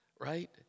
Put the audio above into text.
Right